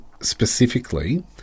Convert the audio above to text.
specifically